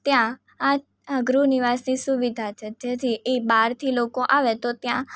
ત્યાં આ ગૃહ નિવાસની સુવિધા છે જેથી એ બહારથી લોકો આવે તો ત્યાં